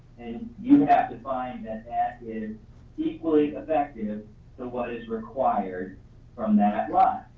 and you have to find that that is equally effective for what is required from that line.